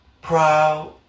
Proud